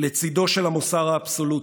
לצידו של המוסר האבסולוטי,